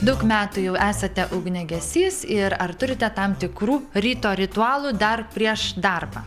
daug metų jau esate ugniagesys ir ar turite tam tikrų ryto ritualų dar prieš darbą